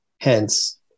Hence